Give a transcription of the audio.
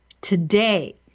today